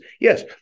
yes